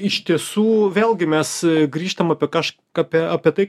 iš tiesų vėlgi mes grįžtam apie kažką apie tai